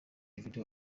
video